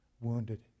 wounded